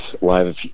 live